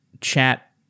chat